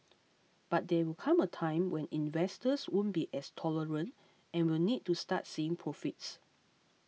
but there will come a time when investors won't be as tolerant and will need to start seeing profits